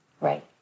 right